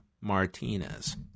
Martinez